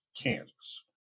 Kansas